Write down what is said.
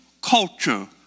culture